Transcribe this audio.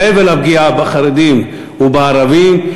מעבר לפגיעה בחרדים ובערבים,